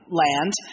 land